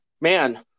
Man